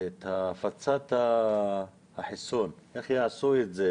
הפצת החיסון איך יעשו את זה?